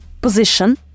position